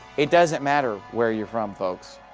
it doesn't matter where you're from, folks.